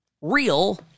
real